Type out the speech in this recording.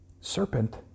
Serpent